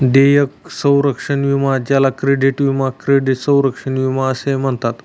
देयक संरक्षण विमा ज्याला क्रेडिट विमा क्रेडिट संरक्षण विमा असेही म्हणतात